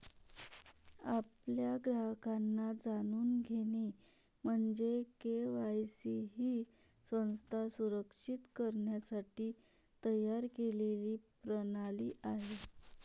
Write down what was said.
आपल्या ग्राहकांना जाणून घेणे म्हणजे के.वाय.सी ही संस्था सुरक्षित करण्यासाठी तयार केलेली प्रणाली आहे